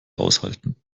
aushalten